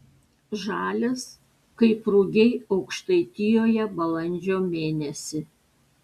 žalias kaip rugiai aukštaitijoje balandžio mėnesį